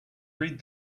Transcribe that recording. read